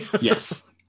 Yes